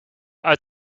uit